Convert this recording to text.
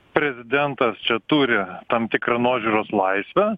prezidentas čia turi tam tikrą nuožiūros laisvę